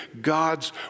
God's